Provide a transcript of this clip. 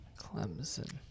Clemson